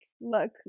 look